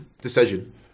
decision